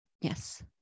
Yes